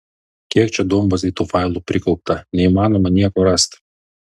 kiek čia duombazėj tų failų prikaupta neįmanoma nieko rast